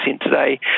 today